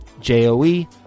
J-O-E